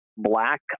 black